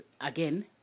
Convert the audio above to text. again